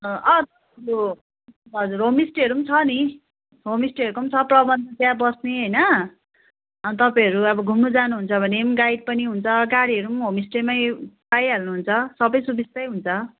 हजुर होमस्टेहरू पनि छ नि होमस्टेहरूको छ प्रबन्ध त्यहाँ बस्ने होइन अन्त तपाईँहरू अब घुम्नु जानुहुन्छ भने पनि गाइड पनि हुन्छ गाडीहरू पनि होमस्टेमै पाइहाल्नु हुन्छ सबै सुबिस्तै हुन्छ